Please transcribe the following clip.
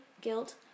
guilt